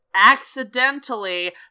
accidentally